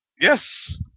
Yes